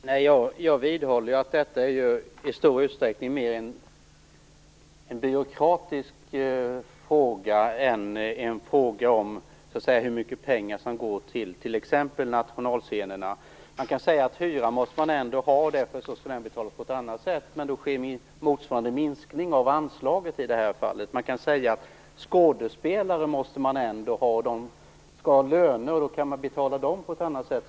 Fru talman! Jag vidhåller att detta i stor utsträckning mer är en byråkratisk fråga än en fråga om hur mycket pengar som går till t.ex. nationalscenerna. Man kan säga att hyra måste vi ändå ha och därför skall den betalas på ett annat sätt. Men då sker motsvarande minskning av anslaget i det här fallet. Man kan också säga att skådespelare måste vi ändå ha. De skall ha löner, och då kan man betala dem på ett annat sätt.